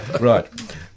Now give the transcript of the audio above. Right